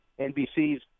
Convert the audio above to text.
NBC's